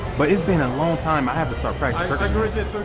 but it's been a long time. i have to start practicing turkish